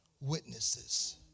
witnesses